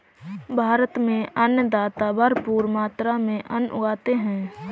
भारत में अन्नदाता भरपूर मात्रा में अन्न उगाते हैं